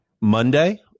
Monday